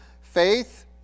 Faith